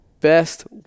best